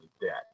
debt